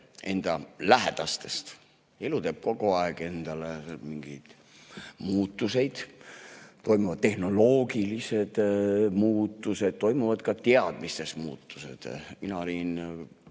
enda lähedastest! Elu teeb kogu aeg mingeid muudatusi. Toimuvad tehnoloogilised muutused, toimuvad ka teadmiste muutused. Mina olin